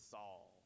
Saul